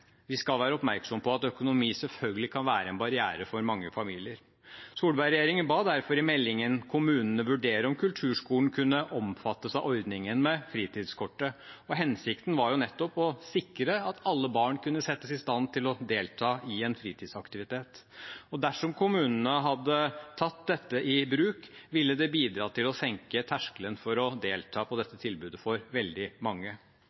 vi skal være oppmerksomme på at økonomi selvfølgelig kan være en barriere for mange familier. Solberg-regjeringen ba derfor i meldingen kommunene vurdere om kulturskolen kunne omfattes av ordningen med fritidskortet. Hensikten var nettopp å sikre at alle barn kunne settes i stand til å delta i en fritidsaktivitet. Dersom kommunene hadde tatt dette i bruk, ville det bidratt til å senke terskelen for å delta på dette tilbudet for veldig mange.